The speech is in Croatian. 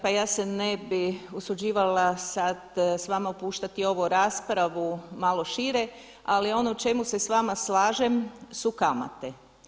Pa ja se ne bih usuđivala sad sa vama upuštati u ovu raspravu malo šire, ali ono u čemu se sa vama slažem su kamate.